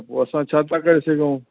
पोइ असां छा था करे सघूं